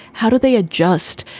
how do they adjust?